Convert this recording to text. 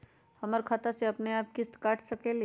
हमर खाता से अपनेआप किस्त काट सकेली?